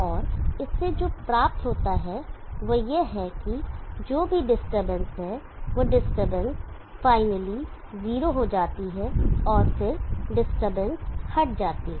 और इससे जो प्राप्त होता है वह यह है कि जो भी डिस्टरबेंस है वह डिस्टरबेंस फाइनली जीरो हो जाती है और फिर डिस्टरबेंस हट जाती है